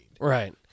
right